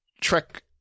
trek